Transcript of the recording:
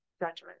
Judgment